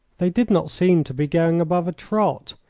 they did not seem to be going above a trot,